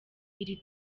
iri